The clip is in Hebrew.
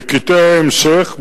בקטעי ההמשך,